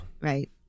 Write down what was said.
Right